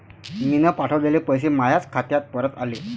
मीन पावठवलेले पैसे मायाच खात्यात परत आले